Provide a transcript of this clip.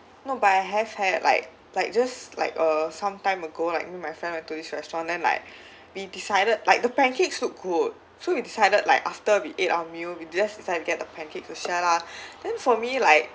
no but I have had like like just like uh sometime ago like you know my friend went to this restaurant then like we decided like the pancakes look good so we decided like after we ate our meal we just decide to get the pancake to share lah then for me like